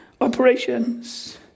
operations